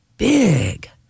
big